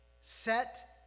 set